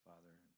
Father